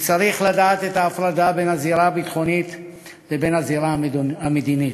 כי צריך לדעת את ההפרדה בין הזירה הביטחונית לבין הזירה המדינית.